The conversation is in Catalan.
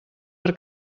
per